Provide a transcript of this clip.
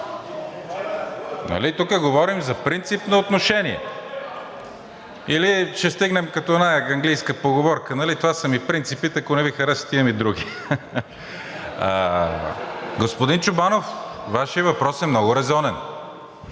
тук говорим за принципно отношение, или ще стигнем като в онази английска поговорка: „Това са ми принципите. Ако не Ви харесват, имам и други.“? (Смях.) Господин Чобанов, Вашият въпрос е много резонен.